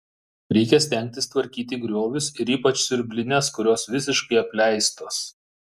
reikia stengtis tvarkyti griovius ir ypač siurblines kurios visiškai apleistos